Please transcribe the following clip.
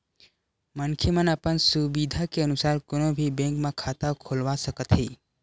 मनखे मन अपन सुबिधा के अनुसार कोनो भी बेंक म खाता खोलवा सकत हे